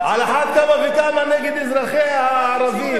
על אחת כמה וכמה נגד אזרחיה הערבים.